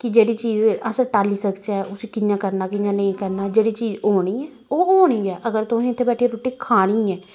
कि जेह्ड़ी चीज अस टाल्ली सकचै उसी कि'यां करना कि'यां नेईं करना जेह्ड़ी चीज़ होनी ओह् होनी गै ऐ अगर तुसें इत्थै बैठियै रुट्टी खानी ऐ